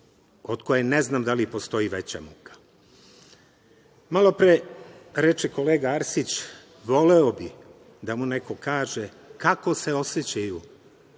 od koje ne znam da li postoji veća muka? Malopre reče kolega Arsić da bi voleo da mu neko kaže kako se osećaju